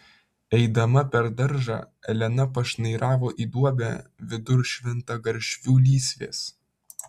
eidama per daržą elena pašnairavo į duobę vidur šventagaršvių lysvės